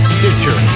Stitcher